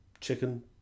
chicken